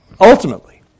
Ultimately